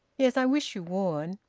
yes, i wish you would.